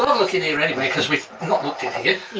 um look in here anyway because we've not looked in here